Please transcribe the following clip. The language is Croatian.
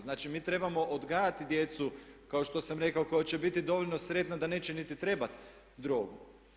Znači, mi trebamo odgajati djecu kao što sam rekao koja će biti dovoljno sretna da neće niti trebati drogu.